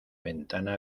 ventana